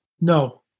no